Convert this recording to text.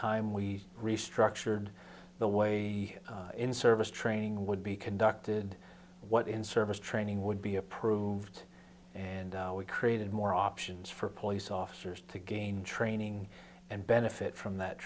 time we restructured the way the in service training would be conducted what in service training would be approved and we created more options for police officers to gain training and benefit from that